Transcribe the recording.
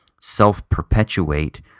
self-perpetuate